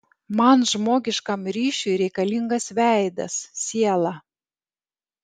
man žmogiškam ryšiui reikalingas veidas siela